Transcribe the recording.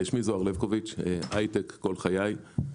כל חיי אני בהיי-טק.